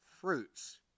fruits